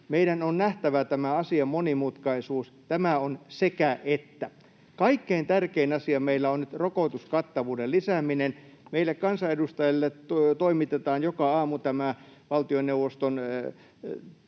meidän on nähtävä tämän asian monimutkaisuus: tämä on sekä—että. Kaikkein tärkein asia meillä on nyt rokotuskattavuuden lisääminen. Meille kansanedustajille toimitetaan joka aamu valtioneuvoston